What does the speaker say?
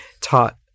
taught